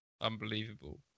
unbelievable